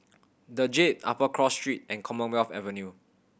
The Jade Upper Cross Street and Commonwealth Avenue